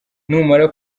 numara